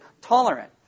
tolerant